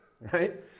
Right